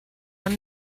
ond